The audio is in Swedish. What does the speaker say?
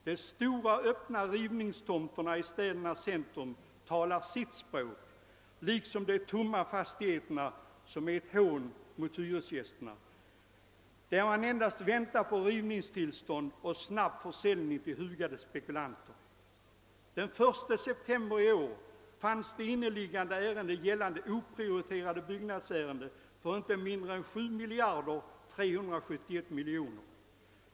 De stora öppna rivningstomterna i städernas centrum talar sitt tydliga språk liksom de tomma fastigheterna, som är ett hån mot hyresgästerna. Man väntar där endast på rivningstillstånd och snabb försäljning till hugade spekulanter. Den 1 september i år fanns det inneliggande ärenden, gällande oprioriterade byggnadsföretag, för inte mindre än 7371 miljoner kronor.